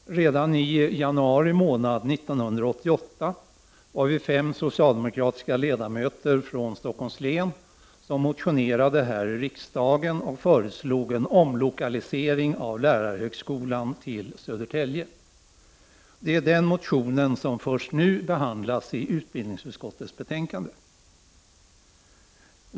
Herr talman! Redan i januari månad 1988 motionerade vi, fem socialdemokratiska ledamöter från Stockholms län, och föreslog en omlokalisering av lärarhögskolan till Södertälje. Det är den motionen som först nu behandlas i utbildningsutskottets betänkande.